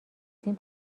تیم